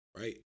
Right